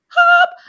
Hop